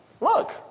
Look